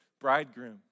bridegroom